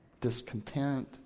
discontent